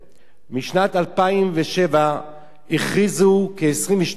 משנת 2007 הכריזו כ-22 מדינות,